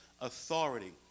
authority